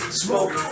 smoke